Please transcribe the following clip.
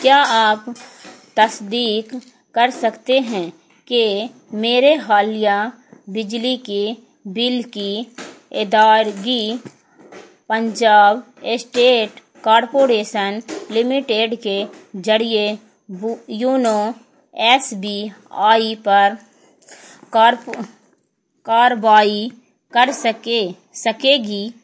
کیا آپ تصدیق کر سکتے ہیں کہ میرے حالیہ بجلی کے بل کی ادارگی پنجاب اسٹیٹ کارپوریشن لمٹیڈ کے ذریعے وہ یونو ایس بی آئی پر کارپو کاروائی کر سکے سکے گی